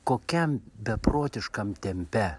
kokiam beprotiškam tempe